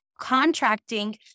contracting